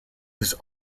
his